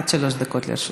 עד שלוש דקות לרשותך.